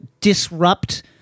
disrupt